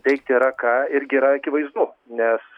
veikt yra ką irgi yra akivaizdu nes